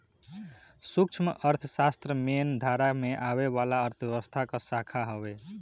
सूक्ष्म अर्थशास्त्र मेन धारा में आवे वाला अर्थव्यवस्था कअ शाखा हवे